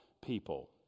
people